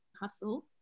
hustle